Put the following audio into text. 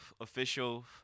official